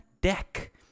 Deck